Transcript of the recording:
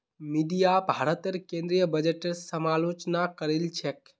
media भारतेर केंद्रीय बजटेर समालोचना करील छेक